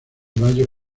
mayo